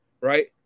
right